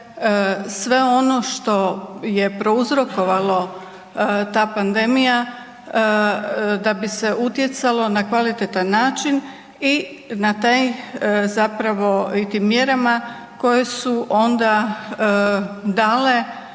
sve ono što je prouzrokovalo ta pandemija, da bi se utjecalo na kvalitetan način i na taj zapravo, i tim mjerama koje su onda dale